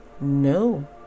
No